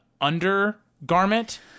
undergarment